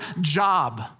job